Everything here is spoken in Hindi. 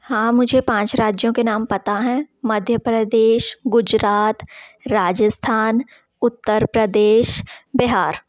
हाँ मुझे पाँच राज्यों के नाम पता हैं मध्य प्रदेश गुजरात राजस्थान उत्तर प्रदेश बिहार